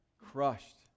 crushed